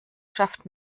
schafft